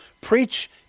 Preach